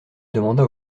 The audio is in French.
demanda